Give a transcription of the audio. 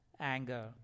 anger